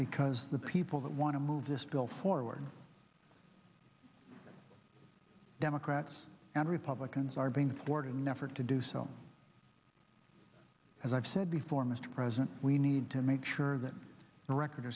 because the people that want to move this bill forward democrats and republicans are being thwarted an effort to do so as i've said before mr president we need to make sure that the record